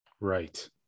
Right